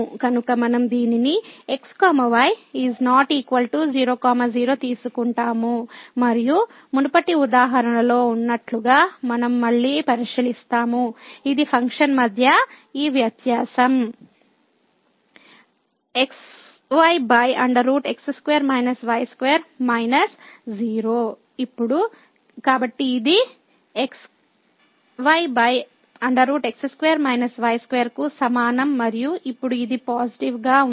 కనుక మనం దీనిని x y ≠ 00 తీసుకుంటాము మరియు మునుపటి ఉదాహరణలో ఉన్నట్లుగా మనం మళ్ళీ పరిశీలిస్తాము ఇది ఫంక్షన్ మధ్య ఈ వ్యత్యాసం xy x2 y2 0 ఇప్పుడు కాబట్టి ఇది xy x2 y2 కు సమానం మరియు ఇప్పుడు ఇది పాజిటివ్ గా ఉంది